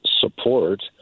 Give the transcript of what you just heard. support